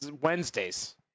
Wednesdays